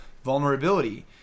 Vulnerability